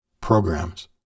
programs